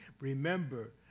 Remember